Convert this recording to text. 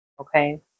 okay